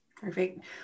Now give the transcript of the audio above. Perfect